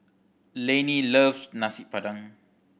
Lainey love Nasi Padang